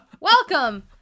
Welcome